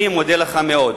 אני מודה לך מאוד.